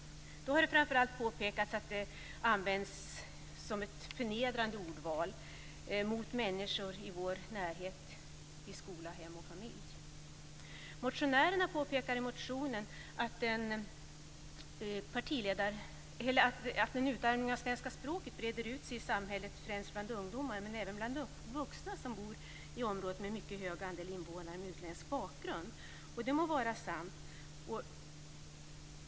Då har det framför allt påpekats att det förekommer ett förnedrande bruk av ord mot människor i skola, hem och familj. Motionärerna påpekar att en utarmning av svenska språket breder ut sig ute samhället, främst bland ungdomar men även bland vuxna som bor i områden med mycket hög andel invånare med utländsk bakgrund. Det må vara sant.